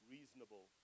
Reasonable